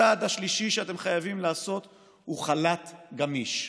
הצעד השלישי שאתם חייבים לעשות הוא חל"ת גמיש.